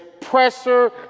pressure